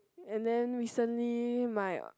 and then recently my